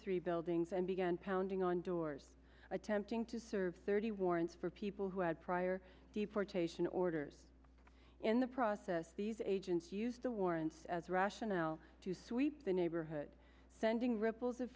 three buildings and began pounding on doors attempting to serve thirty warrants for people who had prior deportation orders in the process these agents used the warrants as a rationale to sweep the neighborhood sending ripples of